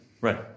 Right